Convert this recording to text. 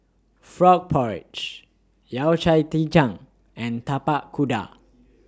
Frog Porridge Yao Cai Ji Tang and Tapak Kuda